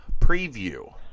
preview